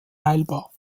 heilbar